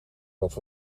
dat